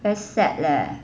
very sad leh